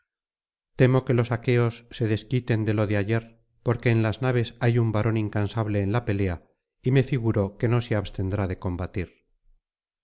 temo que los aqueos se desquiten de lo de ayer porque en las naves hay un varón incansable en la pelea y me figuro que no se abstendrá de combatir